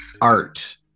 art